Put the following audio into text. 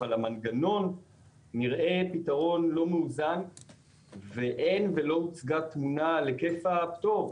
אבל המנגנון נראה פתרון לא מוגזם ואין ולא הוצגה תמונה על היקף הפטור,